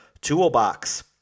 toolbox